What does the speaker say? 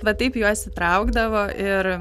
va taip juos įtraukdavo ir